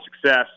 success